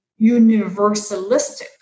universalistic